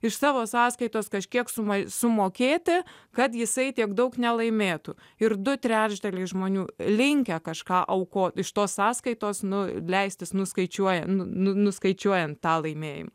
iš savo sąskaitos kažkiek sumai sumokėti kad jisai tiek daug nelaimėtų ir du trečdaliai žmonių linkę kažką aukoti iš tos sąskaitos nu leistis nuskaičiuoja nuskaičiuojant tą laimėjimą